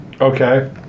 Okay